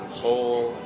whole